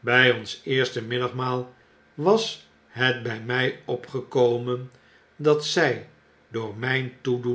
bg ons eerste middagmaal was het bij my opgekomen dat zjgdoor